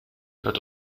not